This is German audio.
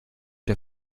der